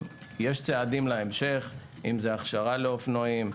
שוב - יש צעדים להמשך אם זה הכשרה לאופנועים,